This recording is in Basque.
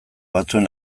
batzuen